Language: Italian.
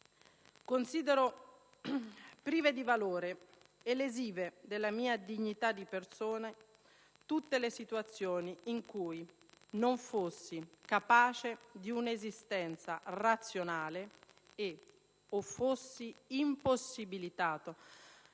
Considero prive di valore e lesive della mia dignità di persona tutte le situazioni in cui non fossi capace di un'esistenza razionale e/o fossi impossibilitata